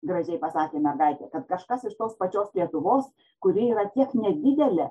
gražiai pasakė mergaitė kad kažkas iš tos pačios lietuvos kuri yra tiek nedidelė